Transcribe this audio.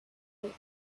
night